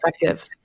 effective